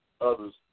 others